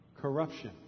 corruption